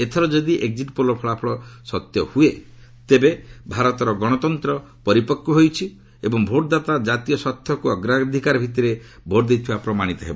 ଏଥର ଯଦି ଏକ୍ଜିଟ୍ ପୋଲ୍ର ଫଳାପଳ ସତ୍ୟ ହୃଏ ତେବେ ଭାରତର ଗଣତନ୍ତ୍ର ପରିପକୃ ହେଉଛି ଏବଂ ଭୋଟ୍ଦାତାମାନେ ଜାତୀୟ ସ୍ୱାର୍ଥକୁ ଅଗ୍ରାଧିକାର ଭିଭିରେ ଭୋଟ୍ ଦେଇଥିବା ପ୍ରମାଣିତ ହେବ